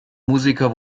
musiker